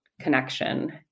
connection